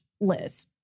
Liz